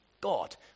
God